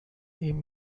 این